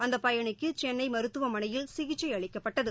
அந்த பயணிக்கு சென்னை மருத்துவமனையில் சிகிச்சை அளிக்கப்பட்டது